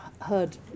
heard